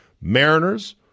Mariners